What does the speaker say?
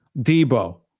Debo